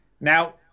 Now